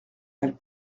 elle